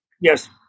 Yes